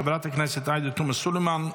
של חברת הכנסת עאידה תומא סלימאן,